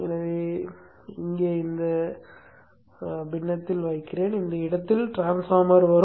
எனவே அதை இங்கே இந்த பின்னத்தில் வைக்கிறேன் அந்த இடத்தில் டிரான்ஸ்பார்மர் வரும்